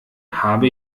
habe